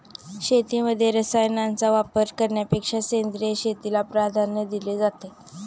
शेतीमध्ये रसायनांचा वापर करण्यापेक्षा सेंद्रिय शेतीला प्राधान्य दिले जाते